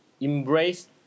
embrace